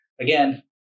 Again